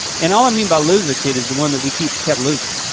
and all i mean by loser kid is the one that we kept kept losing.